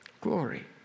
Glory